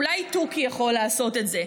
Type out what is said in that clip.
אולי תוכי יכול לעשות את זה.